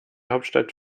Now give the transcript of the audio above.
hauptstadt